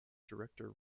director